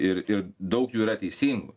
ir ir daug jų yra teisingų